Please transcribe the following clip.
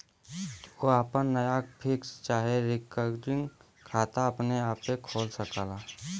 तू आपन नया फिक्स चाहे रिकरिंग खाता अपने आपे खोल सकला